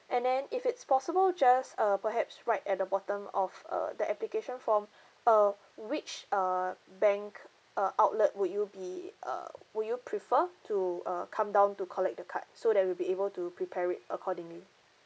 and then if it's possible just uh perhaps right at the bottom of err the application form uh which err bank uh outlet would you be uh would you prefer to uh come down to collect the card so that we'll be able to prepare it accordingly